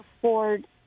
afford